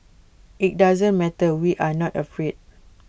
IT doesn't matter we are not afraid